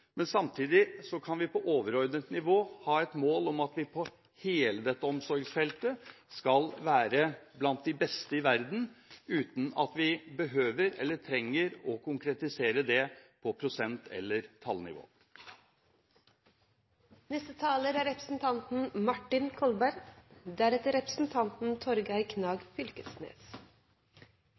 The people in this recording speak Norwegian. om at vi på hele dette omsorgsfeltet skal være blant de beste i verden, uten at vi behøver å konkretisere det på prosent- eller